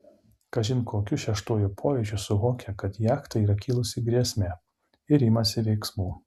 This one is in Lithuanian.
kažin kokiu šeštuoju pojūčiu suvokia kad jachtai yra kilusi grėsmė ir imasi veiksmų